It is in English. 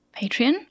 Patreon